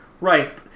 Right